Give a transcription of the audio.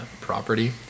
property